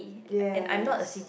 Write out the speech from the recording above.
yes